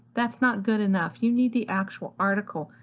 that's not good enough. you need the actual article,